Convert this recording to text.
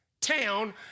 town